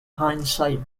hindsight